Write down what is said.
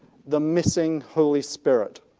the missing holy spirit.